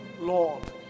Lord